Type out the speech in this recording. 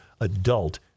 adult